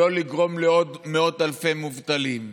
לא לגרום לעוד מאות אלפי מובטלים.